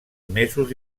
mesos